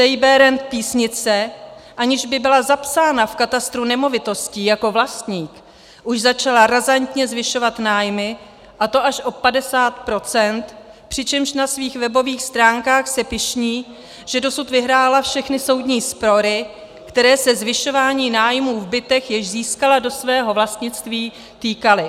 CIB Rent Písnice, aniž by byla zapsána v katastru nemovitostí jako vlastník, už začala razantně zvyšovat nájmy, a to až o 50 %, přičemž na svých webových stránkách se pyšní, že dosud vyhrála všechny soudní spory, které se zvyšování nájmů v bytech, jež získala do svého vlastnictví, týkaly.